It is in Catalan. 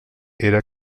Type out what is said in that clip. era